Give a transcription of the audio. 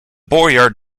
boyar